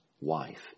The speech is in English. wife